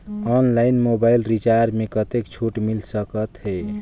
Online mobile recharge मे कतेक छूट मिल सकत हे?